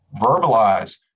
verbalize